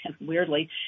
weirdly